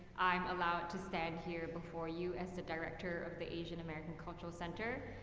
i'm allowed to stand here before you as the director of the asian american cultural center.